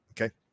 Okay